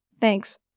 thanks